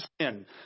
sin